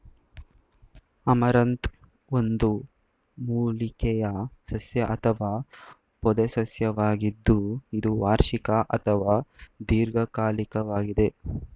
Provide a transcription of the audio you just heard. amaranth ಒಂದು ಮೂಲಿಕೆಯ ಸಸ್ಯ ಅಥವಾ ಪೊದೆಸಸ್ಯವಾಗಿದ್ದು ಇದು ವಾರ್ಷಿಕ ಅಥವಾ ದೀರ್ಘಕಾಲಿಕ್ವಾಗಿದೆ